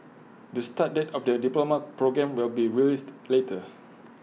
the start date of the diploma programme will be released later